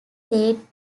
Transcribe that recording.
said